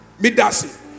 Midasi